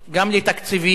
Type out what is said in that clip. גם לתקציבים,